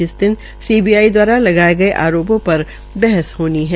जिस दिन सीबीआई द्वारा लगाये गये आरापों पर बहस होनी है